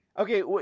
Okay